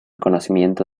conocimiento